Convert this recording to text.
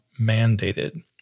mandated